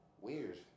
Weird